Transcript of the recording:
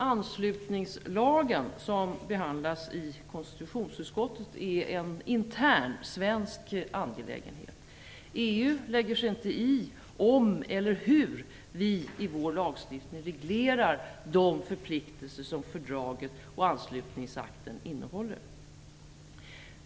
Anslutningslagen, som behandlas i konstitutionsutskottet, är en intern svensk angelägenhet. EU lägger sig inte i om eller hur vi i vår lagstiftning reglerar de förpliktelser som fördraget och anslutningsakten innehåller.